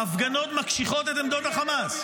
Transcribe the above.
ההפגנות מקשיחות את עמדות החמאס.